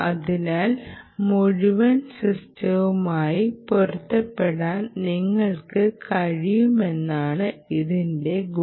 അതിനാൽ മുഴുവൻ സിസ്റ്റവുമായി പൊരുത്തപ്പെടാൻ നിങ്ങൾക്ക് കഴിയുമെന്നതാണ് ഇതിന്റെ ഗുണം